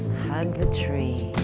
hug the tree,